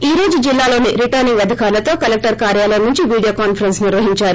ఈ రోజు జిల్లాలోని రిటర్సింగ్ అధికారులతో కలెక్టర్ కార్యాలయం నుంచి వీడియో కాన్పరెన్స్ నిర్వహిందారు